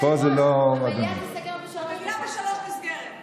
המליאה ב-15:00 נסגרת.